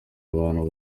abantu